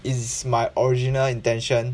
is my original intention